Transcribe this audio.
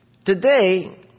Today